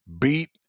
beat